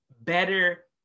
better